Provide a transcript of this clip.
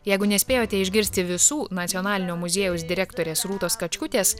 jeigu nespėjote išgirsti visų nacionalinio muziejaus direktorės rūtos kačkutės